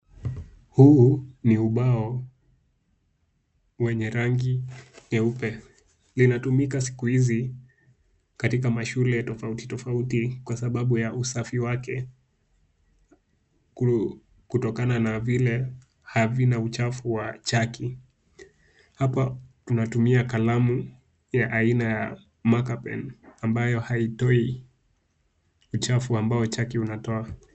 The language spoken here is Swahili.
Huu ni ubao wenye rangi nyeupe linatumika siku hizi katika mashule tofauti tofauti kwa sababu ya usafi wake kutokana na vile havina uchafu wa chaki .Hapa tunatumia kalamu ya aina ya marker pen ambayo haitoi uchafu ambao chaki unatoa.